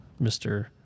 Mr